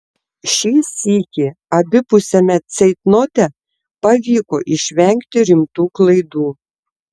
šį sykį abipusiame ceitnote pavyko išvengti rimtų klaidų